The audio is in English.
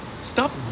stop